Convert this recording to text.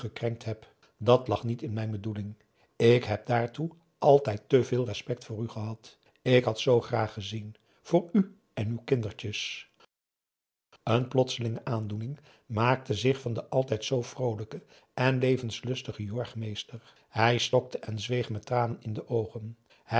gekrenkt heb dat lag niet in mijn bedoeling ik heb daartoe altijd te veel respect voor u gehad ik had zoo graag gezien voor u en uw kindertjes een plotselinge aandoening maakte zich van den altijd zoo vroolijken levenslustigen jorg meester hij stokte en zweeg met tranen in de oogen